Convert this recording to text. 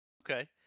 Okay